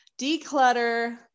declutter